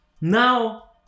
Now